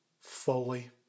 fully